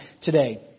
today